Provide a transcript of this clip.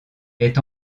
est